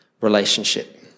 relationship